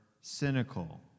cynical